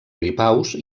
gripaus